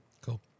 cool